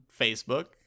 Facebook